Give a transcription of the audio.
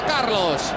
Carlos